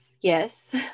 Yes